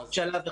עוד שלב אחד